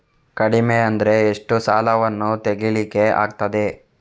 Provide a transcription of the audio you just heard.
ಕಡಿಮೆ ಅಂದರೆ ಎಷ್ಟು ಸಾಲವನ್ನು ತೆಗಿಲಿಕ್ಕೆ ಆಗ್ತದೆ?